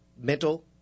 mental